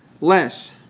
less